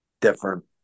different